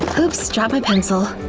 oops, dropped my pencil!